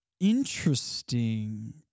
Interesting